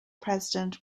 president